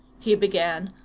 he began,